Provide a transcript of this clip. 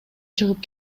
чыгып